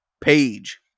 page